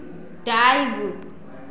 टाइब